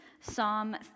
Psalm